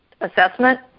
assessment